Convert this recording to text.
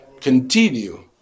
continue